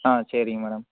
ஆ சரிங்க மேடம்